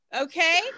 Okay